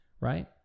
right